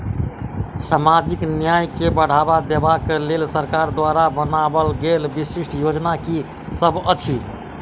सामाजिक न्याय केँ बढ़ाबा देबा केँ लेल सरकार द्वारा बनावल गेल विशिष्ट योजना की सब अछि?